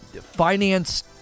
finance